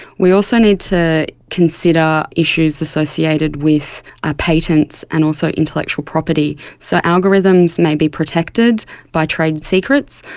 we also need to consider issues associated with ah patents and also intellectual property. so algorithms may be protected by trade secrets,